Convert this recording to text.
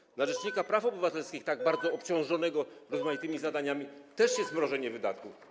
W przypadku rzecznika praw obywatelskich, tak bardzo obciążonego rozmaitymi zadaniami, też jest mrożenie wydatków.